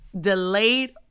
Delayed